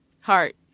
Heart